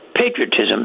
Patriotism